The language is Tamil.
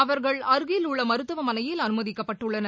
அவர்கள் அருகில் உள்ள மருத்துவமனையில் அனுமதிக்கப்பட்டுள்ளனர்